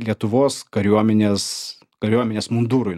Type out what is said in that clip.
lietuvos kariuomenės kariuomenės mundurui